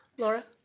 laura?